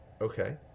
Okay